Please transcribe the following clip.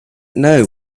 know